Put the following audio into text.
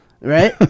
right